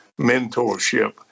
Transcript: mentorship